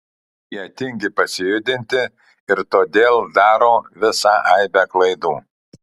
jie tingi pasijudinti ir todėl daro visą aibę klaidų